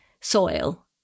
Soil